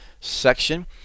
section